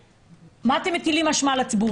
מה אתם מטילים אשמה על הציבור.